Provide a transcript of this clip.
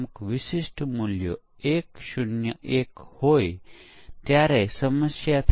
તેથી આ એક વિશિષ્ટ પરીક્ષણ યોજના છે જે પરીક્ષણ શરૂ થાય તે પહેલાં વિકસિત થાય છે